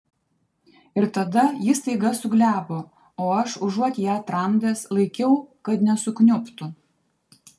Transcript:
ir tada ji staiga suglebo o aš užuot ją tramdęs laikiau kad nesukniubtų